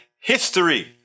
history